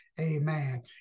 Amen